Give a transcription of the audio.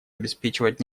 обеспечивать